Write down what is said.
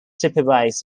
supervise